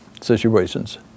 situations